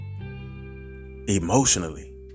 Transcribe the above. emotionally